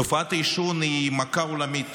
תופעת העישון היא מכה עולמית